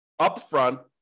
upfront